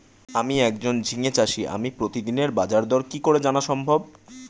আমি একজন ঝিঙে চাষী আমি প্রতিদিনের বাজারদর কি করে জানা সম্ভব?